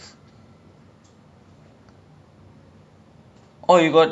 !wah! like I cannot stand on a boat lah brother I I don't know why I think I'm s~